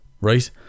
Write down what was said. right